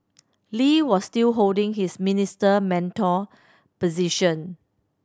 Lee was still holding his Minister Mentor position